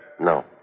No